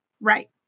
Right